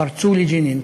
פרצו לג'נין,